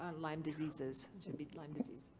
and lyme diseases. it should be lyme disease.